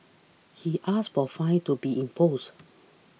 he asked for a fine to be imposed